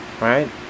right